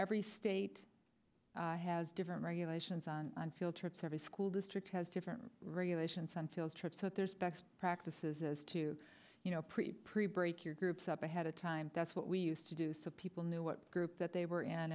every state has different regulations on on field trips every school district has different regulations on field trips at their specs practices as to you know pre prepared your groups up ahead of time that's what we used to do so people knew what group that they were in